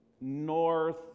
north